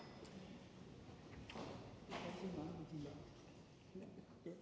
Tak